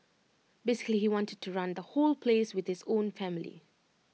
basically he wanted to run the whole place with his own family